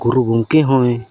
ᱜᱩᱨᱩ ᱜᱚᱝᱠᱮ ᱦᱚᱸᱭ